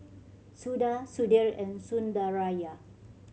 Suda Sudhir and Sundaraiah